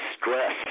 stress